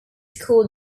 called